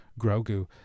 Grogu